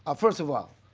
ah first of all,